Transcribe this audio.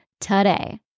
today